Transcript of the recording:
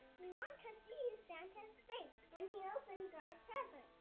we want to see santa's face when he opens our present.